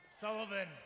Sullivan